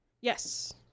Yes